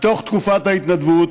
מתוך תקופת ההתנדבות,